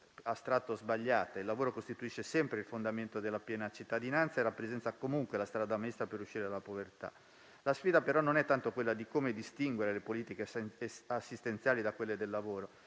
astratta o sbagliata: il lavoro costituisce sempre il fondamento della piena cittadinanza e rappresenta comunque la strada maestra per uscire dalla povertà. La sfida, però, non è tanto quella di come distinguere le politiche assistenziali da quelle del lavoro,